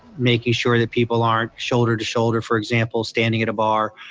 making sure that people are shoulder to shoulder for example standing at a bar.